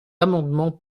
amendement